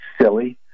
silly